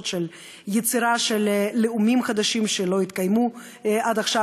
של יצירת לאומים חדשים שלא התקיימו עד עכשיו.